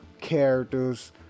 characters